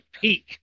peak